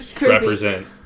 represent